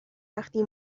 وقتی